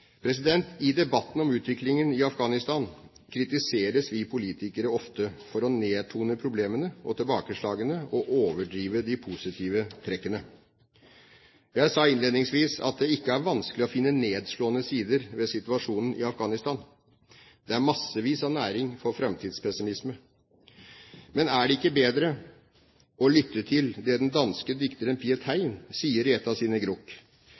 I debatten om utviklingen i Afghanistan kritiseres vi politikere ofte for å nedtone problemene og tilbakeslagene og overdrive de positive trekkene. Jeg sa innledningsvis at det ikke er vanskelig å finne nedslående sider ved situasjonen i Afghanistan. Det er massevis av næring for framtidspessimisme. Men er det ikke bedre å lytte til det den danske dikteren Piet Hein sier i ett av sine